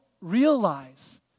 realize